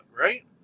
right